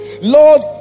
Lord